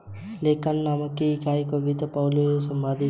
लेखांकन मानक किसी इकाई के वित्त के सभी पहलुओं से संबंधित होता है